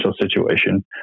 situation